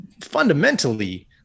fundamentally